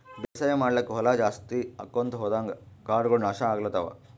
ಬೇಸಾಯ್ ಮಾಡ್ಲಾಕ್ಕ್ ಹೊಲಾ ಜಾಸ್ತಿ ಆಕೊಂತ್ ಹೊದಂಗ್ ಕಾಡಗೋಳ್ ನಾಶ್ ಆಗ್ಲತವ್